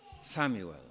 Samuel